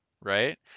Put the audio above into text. right